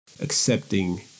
accepting